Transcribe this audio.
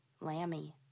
Lammy